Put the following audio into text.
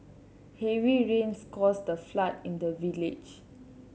heavy rains caused a flood in the village